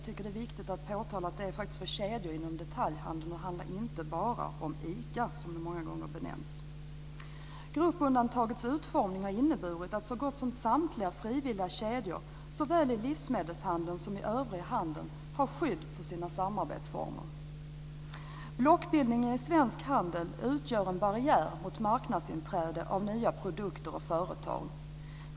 Det är viktigt att påtala att det gäller kedjor inom detaljhandeln och inte handlar bara om ICA, som det många gånger sägs. Gruppundantagets utformning har inneburit att så gott som samtliga frivilliga kedjor, såväl i livsmedelshandel som övrig handel, har skydd för sina samarbetsformer. Blockbildningen i svensk handel utgör en barriär mot marknadsinträde för nya produkter och företag.